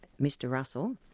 mr russell,